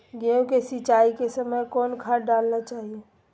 गेंहू के सिंचाई के समय कौन खाद डालनी चाइये?